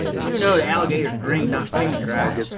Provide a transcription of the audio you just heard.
do know the alligator is green, not pink, right?